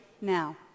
now